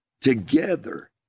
together